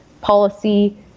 policy